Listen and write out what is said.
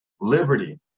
liberty